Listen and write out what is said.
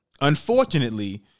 Unfortunately